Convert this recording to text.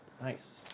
Nice